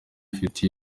afite